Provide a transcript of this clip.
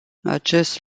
acest